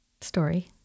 Story